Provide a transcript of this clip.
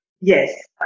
Yes